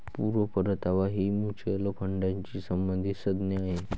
पूर्ण परतावा ही म्युच्युअल फंडाशी संबंधित संज्ञा आहे